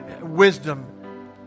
wisdom